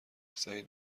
سعید